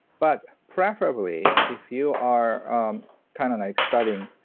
but preferably, if you are um kind of like starting